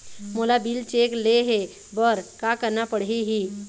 मोला bill check ले हे बर का करना पड़ही ही?